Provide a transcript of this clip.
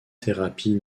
thérapies